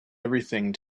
everything